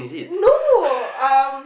no um